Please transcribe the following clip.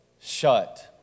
shut